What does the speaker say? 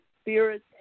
spirit